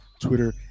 Twitter